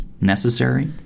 Necessary